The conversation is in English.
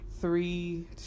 Three